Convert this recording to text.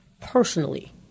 personally